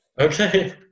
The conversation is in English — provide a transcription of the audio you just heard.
Okay